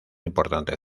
importante